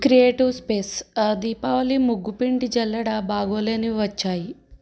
క్రియేటిక్ space Deepavali ముగ్గుపిండి జల్లెడ బాగోలేనివి వచ్చాయి